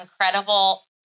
incredible